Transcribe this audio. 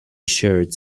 shirt